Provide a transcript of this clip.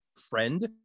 Friend